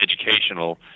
educational